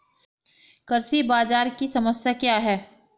कृषि बाजार की समस्या क्या है?